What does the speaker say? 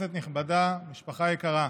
כנסת נכבדה, משפחה יקרה,